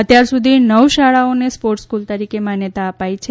અત્યાર સુધી નવ શાળાઓને સ્પોર્ટ્સ સ્ક્રૂલ તરીકે માન્યતા અપાઈ છે